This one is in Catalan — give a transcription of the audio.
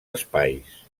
espais